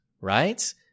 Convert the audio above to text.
right